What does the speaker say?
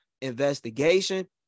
investigation